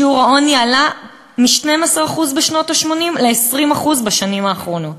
שיעור העוני עלה מ-12% בשנות ה-80 ל-20% בשנים האחרונות.